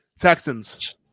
Texans